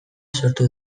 sortu